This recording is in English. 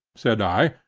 said i,